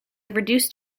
reduced